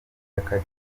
yakatiwe